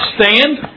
stand